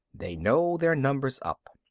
they know their number's up.